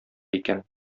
икән